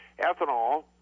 ethanol